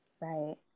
right